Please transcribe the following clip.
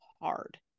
hard